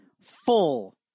full